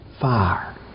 fire